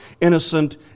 innocent